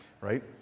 right